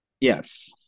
Yes